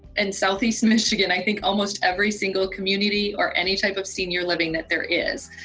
in southeast michigan, i think almost every single community or any type of senior living that there is.